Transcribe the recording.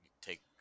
take